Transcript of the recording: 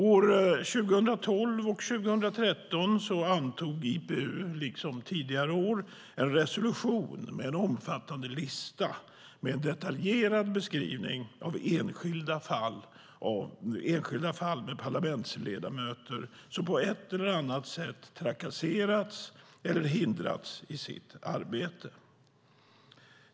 År 2012 och 2013 antog IPU, liksom tidigare år, en resolution med en omfattande lista med en detaljerad beskrivning av enskilda fall av parlamentsledamöter som på ett eller annat sätt trakasserats eller hindrats i sitt arbete.